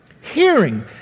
hearing